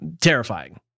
Terrifying